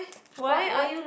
what what